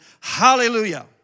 Hallelujah